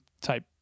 type